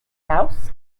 house